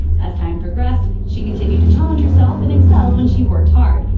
as time progressed, she continued to challenge herself and excelled when she worked hard,